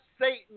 Satan